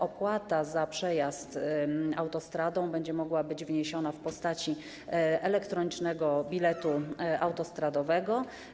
Opłata za przejazd autostradą będzie mogła być wniesiona w postaci elektronicznego biletu autostradowego.